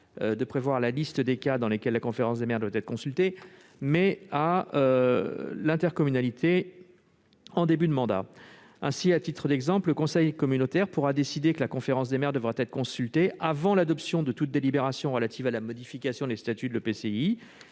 de prévoir la liste des cas dans lesquels la conférence des maires doit être consultée, mais que c'est à l'intercommunalité de le faire en début de mandat. À titre d'exemple, le conseil communautaire pourra décider que la conférence des maires devra être consultée avant l'adoption de toute délibération relative à la modification des statuts de l'EPCI,